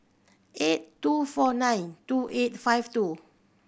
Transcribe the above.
eight two four nine two eight five two